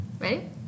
Ready